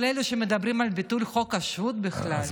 כל אלה שמדברים על ביטול חוק השבות בכלל.